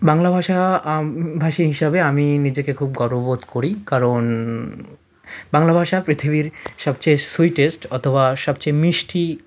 বাংলা ভাষা ভাষী হিসাবে আমি নিজেকে খুব গর্ববোধ করি কারণ বাংলা ভাষা পৃথিবীর সবচেয়ে সুইটেস্ট অথবা সবচেয়ে মিষ্টি